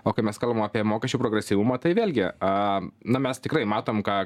o kai mes kalbam apie mokesčių progresyvumą tai vėlgi a na mes tikrai matom ką